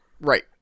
Right